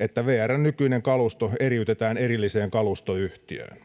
että vrn nykyinen kalusto eriytetään erilliseen kalustoyhtiöön